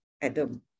Adam